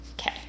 Okay